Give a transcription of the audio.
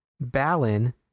Balin